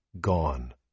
gone